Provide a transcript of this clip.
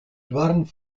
doarren